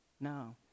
no